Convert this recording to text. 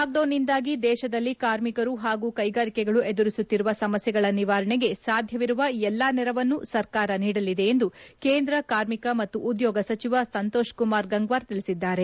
ಲಾಕ್ಡೌನ್ನಿಂದಾಗಿ ದೇಶದಲ್ಲಿ ಕಾರ್ಮಿಕರು ಹಾಗೂ ಕೈಗಾರಿಕೆಗಳು ಎದುರುಸುತ್ತಿರುವ ಸಮಸ್ನೆಗಳ ನಿವಾರಣೆಗೆ ಸಾಧ್ವವಿರುವ ಎಲ್ಲಾ ನೆರವನ್ನು ಸರ್ಕಾರ ನೀಡಲಿದೆ ಎಂದು ಕೇಂದ್ರ ಕಾರ್ಮಿಕ ಮತ್ತು ಉದ್ಯೋಗ ಸಚಿವ ಸಂತೋಷ್ಕುಮಾರ್ ಗಂಗ್ವಾರ್ ತಿಳಿಸಿದ್ದಾರೆ